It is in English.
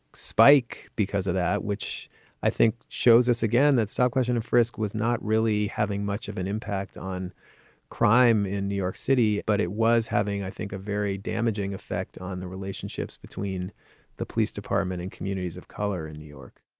spike, because of that, which i think shows us, again, that stop, question and frisk was not really having much of an impact on crime in new york city, city, but it was having, i think, a very damaging effect on the relationships between the police department and communities of color in new york